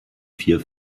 vier